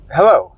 Hello